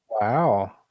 Wow